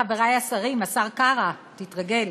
חברי השרים, השר קרא, תתרגל,